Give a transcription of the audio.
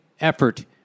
effort